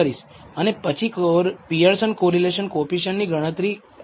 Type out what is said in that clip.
અને પછી Pearson correlation coefficient ની ગણતરી આ x y માટે કરીશ